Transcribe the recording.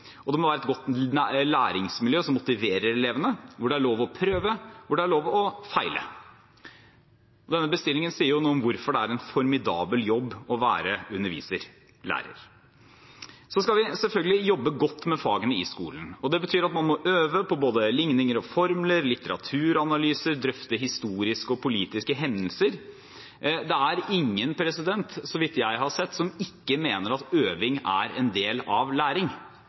og det må være et godt læringsmiljø som motiverer elevene – hvor det er lov å prøve, og hvor det er lov å feile. Denne bestillingen sier noe om hvorfor det er en formidabel jobb å være underviser – lærer. Vi skal selvfølgelig jobbe godt med fagene i skolen, og det betyr at man må øve på både ligninger og formler, analysere litteratur og drøfte historiske og politiske hendelser. Det er ingen, så vidt jeg har sett, som ikke mener at øving er en del av læring.